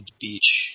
beach